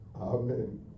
Amen